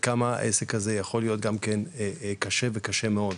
כמה העסק הזה יכול להיות קשה וקשה מאוד,